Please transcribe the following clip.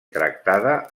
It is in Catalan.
tractada